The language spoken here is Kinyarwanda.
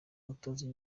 umutoza